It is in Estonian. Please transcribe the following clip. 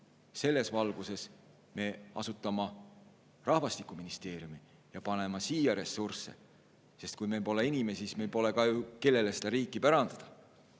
selles valguses ju asutama rahvastikuministeeriumi ja panema sinna ressursse. Sest kui meil pole inimesi, siis meil pole ka ju kedagi, kellele seda riiki pärandada.